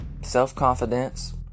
self-confidence